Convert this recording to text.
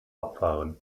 abfahren